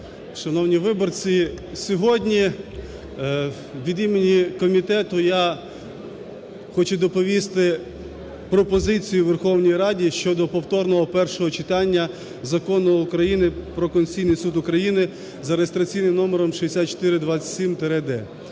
шановні виборці! Сьогодні від імені комітету я хочу доповісти пропозицію Верховній Раді щодо повторного першого читання Закону України "Про Конституційний Суд України" за реєстраційним номером 6427-д.